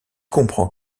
comprend